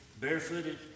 barefooted